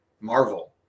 Marvel